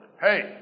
Hey